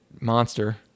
monster